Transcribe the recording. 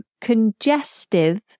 congestive